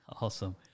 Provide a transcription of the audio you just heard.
Awesome